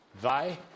Thy